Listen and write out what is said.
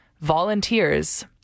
volunteers